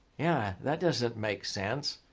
yeah. that doesn't make sense.